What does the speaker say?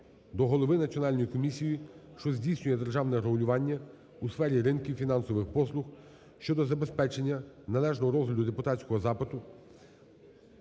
до голови Національної комісії, що здійснює державне регулювання у сфері ринків фінансових послуг щодо забезпечення належного розгляду депутатського запиту